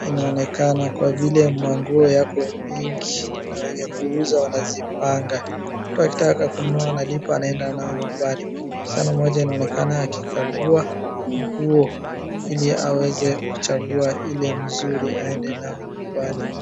inaonekana kwa vile manguo yako mingi na wenye kuuza wanazipanga. Mtu akitaka kununua analipa anaenda nayo nyumbani. Msichana mmoja anaonekana akikagua nguo ili aweze kuchagua ile mzuri aende nayo nyumbani.